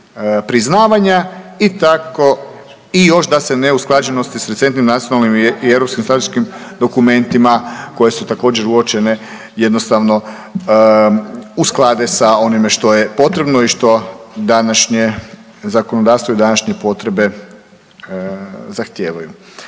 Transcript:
priznavanja. I još da se neusklađenosti sa recentnim nacionalnim i europskim strateškim dokumentima koje su također uočene jednostavno usklade sa onime što je potrebno i što današnje zakonodavstvo i današnje potrebe zahtijevaju.